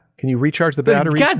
can you recharge the battery? yeah